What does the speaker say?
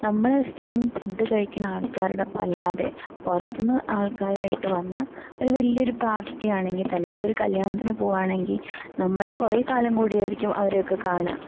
നമ്മള് സ്ഥിരം ഫുഡ് കഴിക്കുന്ന ആൾക്കാരുടെ ഒപ്പം അല്ലാതെ പുറത്ത് നിന്ന് ആൾക്കാരായിട്ട് വന്ന് ഒരു വലിയൊരു പാര്ട്ടിയാണെങ്കിൽ തന്നെ ഇപ്പോൾ ഒരു കല്യാണത്തിന് പോകുവാണെങ്കിൽ നമ്മള് കുറെ കാലം കൂടിയായിരിക്കും അവരെയൊക്കെ കാണുക